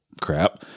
crap